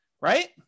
right